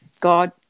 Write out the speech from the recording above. god